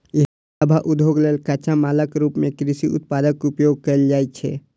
एहि सभ उद्योग लेल कच्चा मालक रूप मे कृषि उत्पादक उपयोग कैल जाइ छै